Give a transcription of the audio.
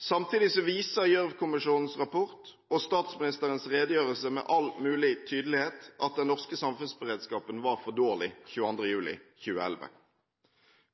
Samtidig viser Gjørv-kommisjonens rapport og statsministerens redegjørelse med all mulig tydelighet at den norske samfunnsberedskapen var for dårlig den 22. juli 2011.